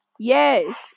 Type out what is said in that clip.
Yes